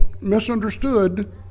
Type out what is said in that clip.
misunderstood